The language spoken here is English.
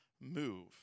move